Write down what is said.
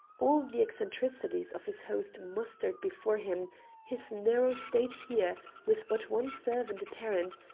all the eccentricities of his host mustered before him his narrow state here with but one servant apparent,